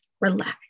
relax